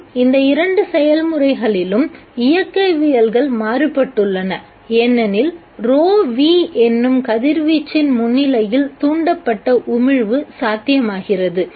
மற்றும் இந்த இரண்டு செயல்முறைகளின் இயக்கவியல்கள் மாறுபட்டுள்ளன ஏனெனில் ρν என்னும் கதிர்வீச்சின் முன்னிலையில் தூண்டப்பட்ட உமிழ்வு சாத்தியமாகிறது